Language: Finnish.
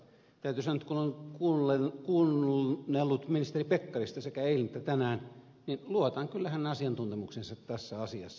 täytyy sanoa että kun olen kuunnellut ministeri pekkarista sekä eilen että tänään niin luotan kyllä hänen asiantuntemukseensa tässä asiassa